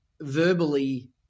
verbally